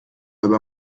über